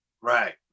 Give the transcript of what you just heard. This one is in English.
Right